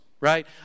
right